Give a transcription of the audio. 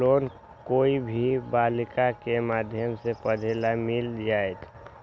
Loan कोई भी बालिका के माध्यम से पढे ला मिल जायत?